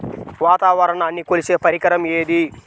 వాతావరణాన్ని కొలిచే పరికరం ఏది?